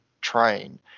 train